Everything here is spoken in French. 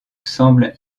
semblent